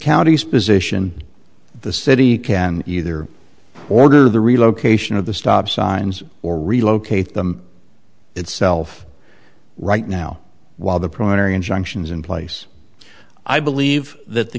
county's position the city can either order the relocation of the stop signs or relocate them itself right now while the primary injunctions in place i believe that the